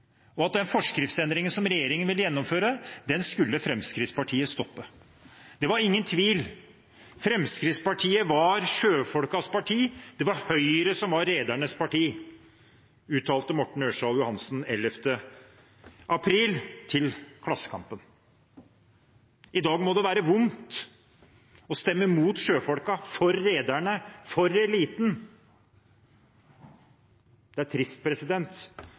Den forskriftsendringen som regjeringen vil gjennomføre, skulle Fremskrittspartiet stoppe. Det var ingen tvil: Fremskrittspartiet var sjøfolkenes parti. Det var Høyre som var redernes parti, uttalte Morten Ørsal Johansen 11. april til Klassekampen. I dag må det være vondt å stemme mot sjøfolkene og for rederne, for eliten. Det er trist